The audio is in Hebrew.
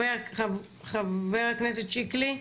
חבר הכנסת שיקלי.